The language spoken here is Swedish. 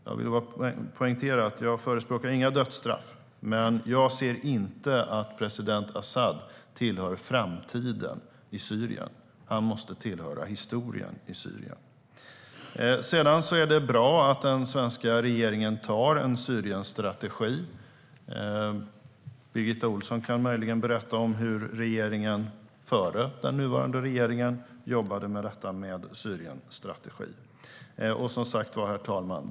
Jag vill poängtera att jag inte förespråkar dödsstraff, men jag ser inte att president Asad tillhör framtiden i Syrien - han måste tillhöra Syriens historia. Det är bra att den svenska regeringen antar en Syrienstrategi. Birgitta Ohlsson kan möjligen berätta om hur regeringen före den nuvarande regeringen jobbade med en sådan strategi. Herr talman!